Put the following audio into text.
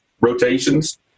rotations